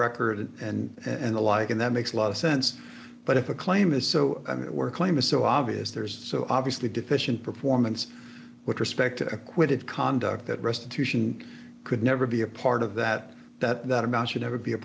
records and and the like and that makes a lot of sense but if a claim is so and it were claim is so obvious there is so obviously deficient performance with respect to acquitted conduct that restitution could never be a part of that that that amount should never be a